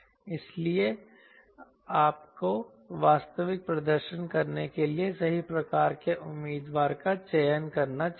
इसलिए आपको वास्तविक प्रदर्शन करने के लिए सही प्रकार के उम्मीदवार का चयन करना चाहिए